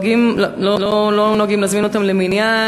לא נוהגים להזמין אותם למניין.